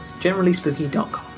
generallyspooky.com